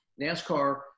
NASCAR